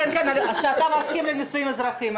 כן, כי אתה מסכים לנישואים אזרחיים.